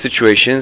situations